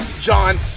John